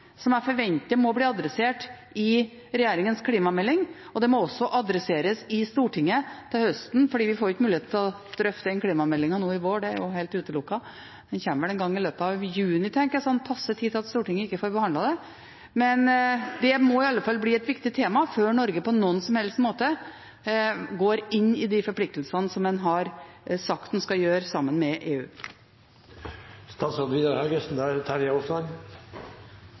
som jeg forventer må bli adressert i regjeringens klimamelding, og det må også adresseres i Stortinget til høsten, for vi får ikke mulighet til å drøfte den klimameldingen nå i vår – det er helt utelukket, den kommer vel en gang i juni, tenker jeg, i passe tid til at Stortinget ikke får behandlet den. Men det må i alle fall bli et viktig tema, før Norge på noen som helst måte går inn i de forpliktelsene som en har sagt en skal gjøre, sammen med